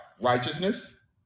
righteousness